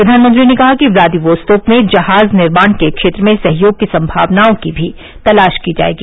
प्रघानमंत्री ने कहा कि व्लादिक्स्तोक में जहाज निर्माण के क्षेत्र में सहयोग की संमावनाओं की भी तलाश की जाएगी